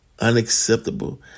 unacceptable